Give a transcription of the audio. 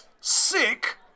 Sick